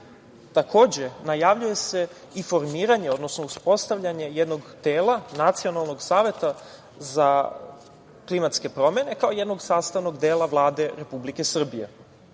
Takođe, najavljuje se i formiranje, odnosno uspostavljanje jednog tela, nacionalnog saveta za klimatske promene, kao jednog sastavnog dela Vlade Republike Srbije. Još